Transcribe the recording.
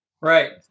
Right